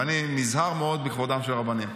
ואני נזהר מאוד בכבודם של הרבנים,